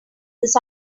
this